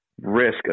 risk